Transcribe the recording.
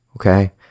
okay